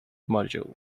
module